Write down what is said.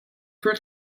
peut